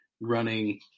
running